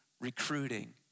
recruiting